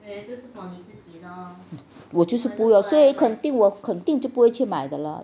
我就是不要所以我肯定肯定不会去买的了